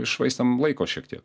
iššvaistėm laiko šiek tiek